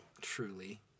truly